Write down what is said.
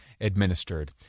administered